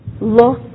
look